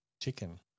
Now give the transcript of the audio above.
chicken